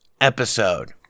episode